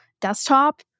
desktop